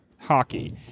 hockey